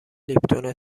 لیپتون